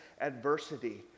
adversity